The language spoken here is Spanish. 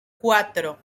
cuatro